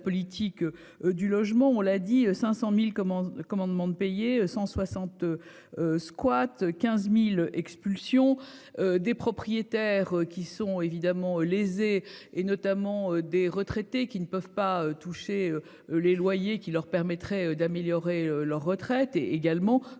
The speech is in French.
la politique du logement, on l'a dit 500.000 comment commandement de payer 160. 15.000 expulsions. Des propriétaires qui sont évidemment lésés et notamment des retraités qui ne peuvent pas toucher les loyers qui leur permettrait d'améliorer leur retraite, et également des propriétaires